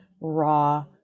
raw